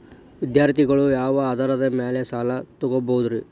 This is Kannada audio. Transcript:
ವಿದ್ಯಾರ್ಥಿಗಳು ಯಾವ ಆಧಾರದ ಮ್ಯಾಲ ಸಾಲ ತಗೋಬೋದ್ರಿ?